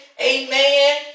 amen